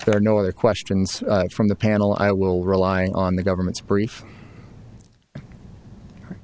there are no other questions from the panel i will relying on the government's brief